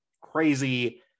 crazy